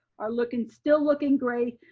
are looking still looking great.